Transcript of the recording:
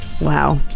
Wow